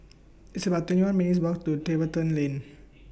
It's about twenty one minutes' Walk to Tiverton Lane